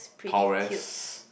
prowess